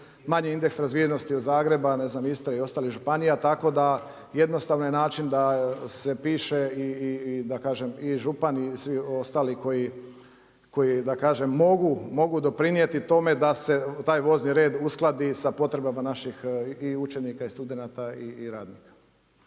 manji indeks razvijenosti od Zagreba, ne znam Istre i ostalih županije. Tako da jednostavni je način da s piše i kažem i županiji i svi ostali koji da kažem mogu doprinijeti tome da se taj vozni red uskladi sa potrebama i učenika i studenata i radnika.